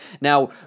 Now